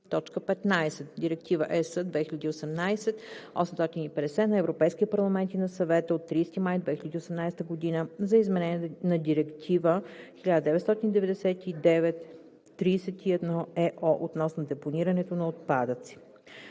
г.); 15. Директива (ЕС) 2018/850 на Европейския парламент и на Съвета от 30 май 2018 г. за изменение на Директива 1999/31/ЕО относно депонирането на отпадъци